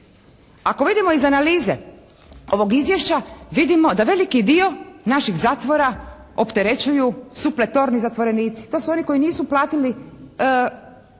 Ako vidimo iz analize ovog izvješća, vidimo da veliki dio naših zatvora opterećuju supertorni zatvorenici, to su oni koji nisu platili